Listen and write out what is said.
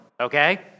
okay